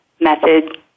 method